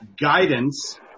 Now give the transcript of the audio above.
Guidance